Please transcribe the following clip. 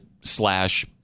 slash